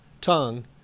tongue